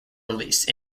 release